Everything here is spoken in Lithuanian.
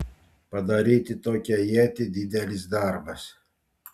padaryti tokią ietį didelis darbas